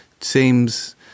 seems